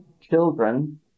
children